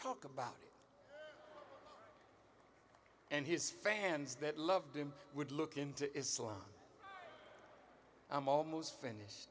talk about it and his fans that loved him would look into islam i'm almost finish